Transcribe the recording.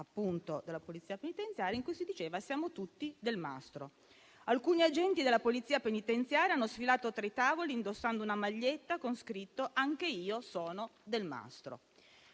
appunto della Polizia penitenziaria, dove si diceva: siamo tutti Delmastro. Alcuni agenti della Polizia penitenziaria hanno sfilato tra i tavoli indossando una maglietta con scritto: «Anche io sono Delmastro».